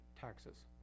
taxes